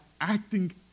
acting